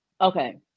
Okay